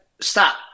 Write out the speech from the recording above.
Stop